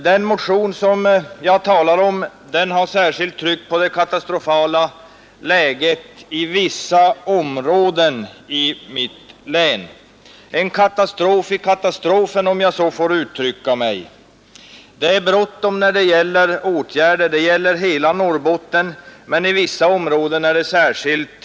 Den motion som jag talar om har särskilt tryckt på det katastrofala läget i vissa områden i mitt hemlän, en katastrof i katastrofen, om jag så får uttrycka mig. Det är bråttom när det gäller åtgärder. Det gäller hela Norrbotten, men i vissa områden är det särskilt brådskande.